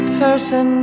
person